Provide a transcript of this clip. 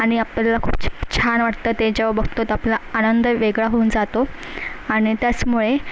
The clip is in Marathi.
आणि आपल्याला खूप छा छान वाटतं ते जेव्हा बघतो तर आपला आनंद वेगळा होऊन जातो आणि त्यासमुळे